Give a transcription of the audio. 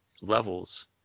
levels